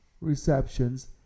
receptions